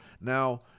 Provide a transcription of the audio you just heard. Now